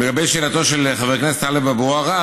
לגבי שאלתו של חבר הכנסת טלב אבו עראר,